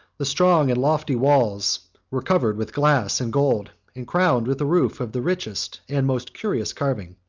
the strong and lofty walls were covered with glass and gold, and crowned with a roof of the richest and most curious carving.